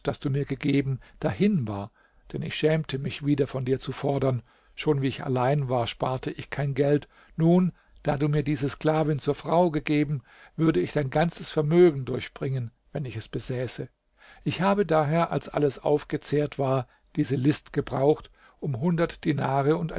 das du mir gegeben dahin war denn ich schämte mich wieder von dir zu fordern schon wie ich allein war sparte ich kein geld nun da du mir diese sklavin zur frau gegeben würde ich dein ganzes vermögen durchbringen wenn ich es besäße ich habe daher als alles aufgezehrt war diese list gebraucht um hundert dinare und